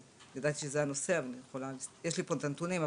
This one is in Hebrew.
יודעת שזה הנושא, אבל יש לי פה את הנתונים,